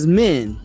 men